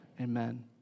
Amen